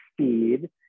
speed